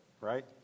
right